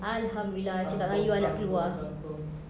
alhamdulillah cakap dengan you I nak keluar